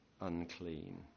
unclean